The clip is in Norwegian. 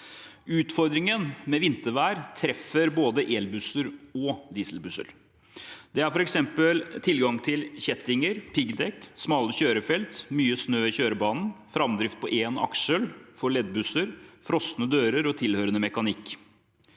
Utfordringer med vintervær treffer både elbusser og dieselbusser. Det er f.eks. tilgang til kjettinger/piggdekk, smale kjørefelt og mye snø i kjørebanen, framdrift på én aksel for leddbusser, frosne dører og tilhørende mekanikk.